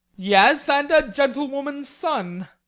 yes, and a gentlewoman's son.